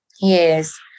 Yes